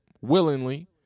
willingly